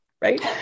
right